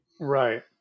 Right